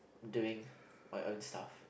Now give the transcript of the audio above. doing my own stuff